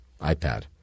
iPad